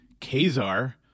Kazar